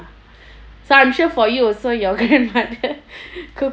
so I'm sure for you also your grandmother cooking